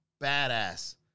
badass